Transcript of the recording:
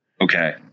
Okay